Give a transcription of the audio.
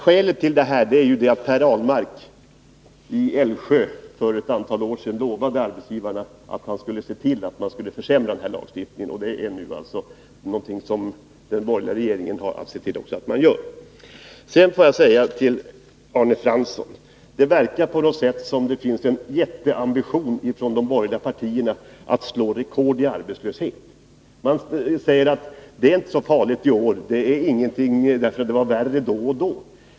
Skälet till det här är att Per Ahlmark i Älvsjö för ett antal år sedan lovade arbetsgivarna att han skulle se till att man skulle försämra den här lagstiftningen. Det har alltså den borgerliga regeringen nu också sett till att man gör. Sedan får jag säga till Arne Fransson: Det verkar på något sätt som om det finns en jätteambition hos de borgerliga partierna att slå rekord i arbetslöshet. Man säger att det inte är så farligt i år — det är ingenting att tala om, för det var värre då och då.